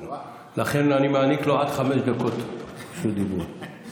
לכן אני מעניק לו זכות דיבור עד חמש דקות.